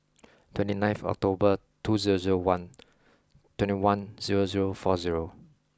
twenty ninth October two zero zero one twenty one zero zero four zero